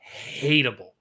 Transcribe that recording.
hateable